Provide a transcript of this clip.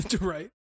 right